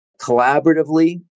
collaboratively